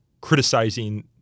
criticizing